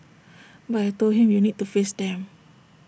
but I Told him you need to face them